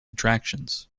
attractions